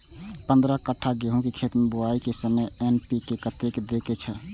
पंद्रह कट्ठा गेहूं के खेत मे बुआई के समय एन.पी.के कतेक दे के छे?